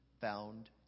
found